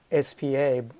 SPA